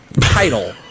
title